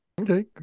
Okay